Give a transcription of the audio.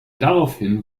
daraufhin